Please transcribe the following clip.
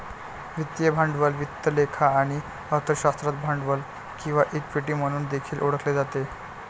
वित्तीय भांडवल वित्त लेखा आणि अर्थशास्त्रात भांडवल किंवा इक्विटी म्हणून देखील ओळखले जाते